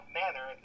manner